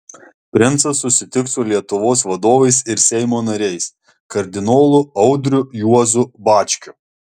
princas susitiks su lietuvos vadovais ir seimo nariais kardinolu audriu juozu bačkiu